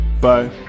Bye